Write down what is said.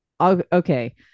okay